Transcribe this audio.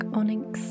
onyx